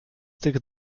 tych